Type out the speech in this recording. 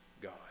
God